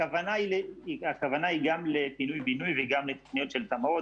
הכוונה היא גם לפינוי בינוי וגם לתוכניות של תמ"אות.